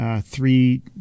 three